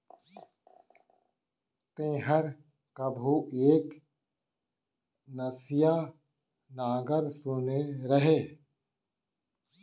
तैंहर कभू एक नसिया नांगर सुने रहें?